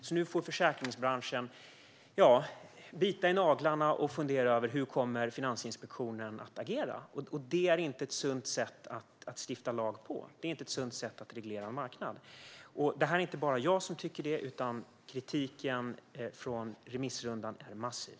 Så nu får försäkringsbranschen bita på naglarna och fundera över hur Finansinspektionen kommer att agera. Detta är inte ett sunt sätt att stifta lag och reglera en marknad. Det är inte bara jag som tycker det, utan kritiken från remissrundan är massiv.